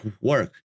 work